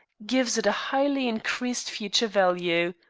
gives it a highly increased future value.